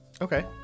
Okay